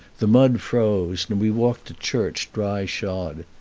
the mud froze, and we walked to church dry-shod.